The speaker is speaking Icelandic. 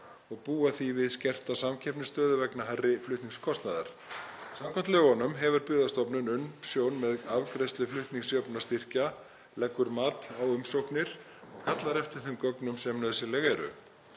og búa því við skerta samkeppnisstöðu vegna hærri flutningskostnaðar. Samkvæmt lögunum hefur Byggðastofnun umsjón með afgreiðslu flutningsjöfnunarstyrkja, leggur mat á umsóknir og kallar eftir þeim gögnum sem nauðsynleg eru.